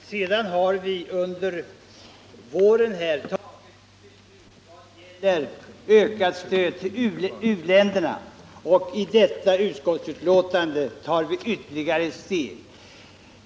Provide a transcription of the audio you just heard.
Under våren har vi fattat beslut om ökat stöd till u-länderna, och i detta betänkande går vi ytterligare ett steg.